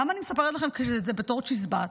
למה אני מספרת לכם את זה בתור צ'יזבט?